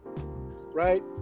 Right